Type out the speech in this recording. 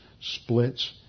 splits